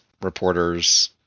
reporters